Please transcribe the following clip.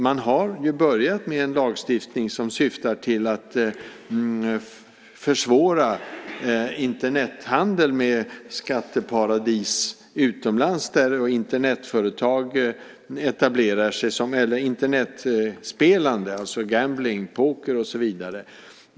Man har ju börjat arbeta med en lagstiftning som syftar till att försvåra Internethandel med skatteparadis utomlands där Internetföretag etablerar sig. Det handlar alltså om Internetspelande, poker och så vidare.